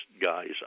guys